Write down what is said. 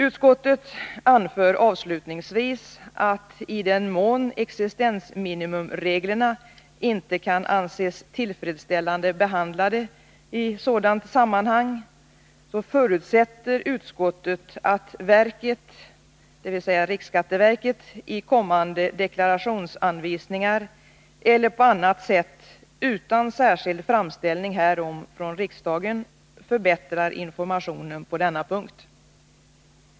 Utskottet anför avslutningsvis att i den mån existensminimumreglerna inte kan anses tillfredsställande behandlade i sådant sammanhang förutsätter utskottet att riksskatteverket i kommande deklarationsanvisningar eller på annat sätt utan särskild framställning härom från riksdagen förbättrar informationen på denna punkt.